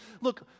look